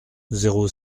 zéro